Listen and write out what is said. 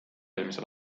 eelmisel